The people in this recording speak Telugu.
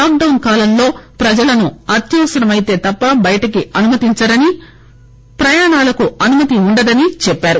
లాక్ డౌన్ కాలంలో ప్రజలను అత్యవసరమైతే తప్ప బయటికి అనుమతించరని ప్రయాణాలకు అనుమతి ఉండదని చెప్పారు